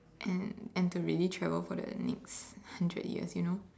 and and to really travel for the next hundred years you know